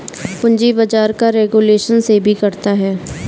पूंजी बाजार का रेगुलेशन सेबी करता है